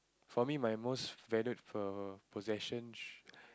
for me my most valued po~ possession